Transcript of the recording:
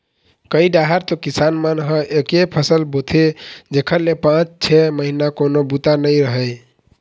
कइ डाहर तो किसान मन ह एके फसल बोथे जेखर ले पाँच छै महिना कोनो बूता नइ रहय